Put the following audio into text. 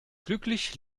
glücklich